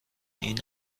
این